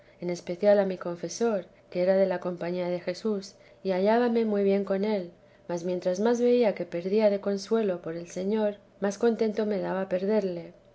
en especial a mi confesor que era de la compañía de jesús y hallábame muy bien con él mas mientras más veía que perdía de consuelo por el señor más contento me daba perderlo